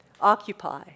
Occupy